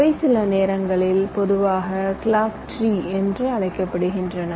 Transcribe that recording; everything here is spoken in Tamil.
அவை சில நேரங்களில் பொதுவாக கிளாக் ட்ரீ என்று அழைக்கப்படுகின்றன